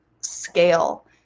scale